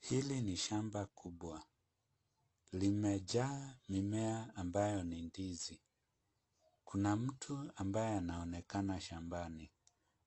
Hili ni shamba kubwa. Limejaa mimea ambayo ni ndizi. Kuna mtu ambaye anaonekana shambani.